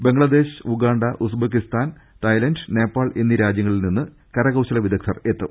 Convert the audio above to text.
Bangladesh Uganda Uzbekistan Thailand Nepal എന്നീ രാജ്യങ്ങളിൽ നിന്നും കരകൌശലവിദ ഗ്നർ എത്തും